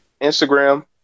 Instagram